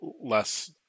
less